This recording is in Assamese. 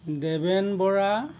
দেৱেন বৰা